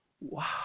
wow